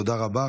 תודה רבה.